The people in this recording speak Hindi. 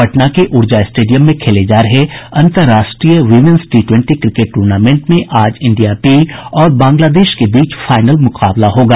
पटना के ऊर्जा स्टेडियम में खेले जा रहे अन्तर्राष्ट्रीय women's T twenty cricket tournament में आज इंडिया बी और बांग्लादेश की बीच फाईनल मुकाबला होगा